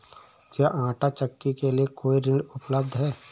क्या आंटा चक्की के लिए कोई ऋण उपलब्ध है?